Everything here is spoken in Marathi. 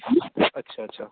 अच्छा अच्छा